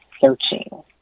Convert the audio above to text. Searching